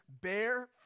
bear